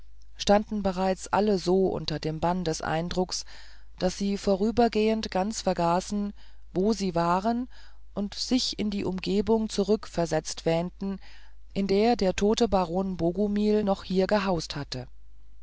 standen bereits alle so unter dem bann des eindrucks daß sie vorübergehend ganz vergaßen wo sie waren und sich in die umgebung zurückversetzt wähnten in der der tote baron bogumil noch hier gehaust hatte